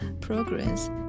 progress